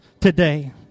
today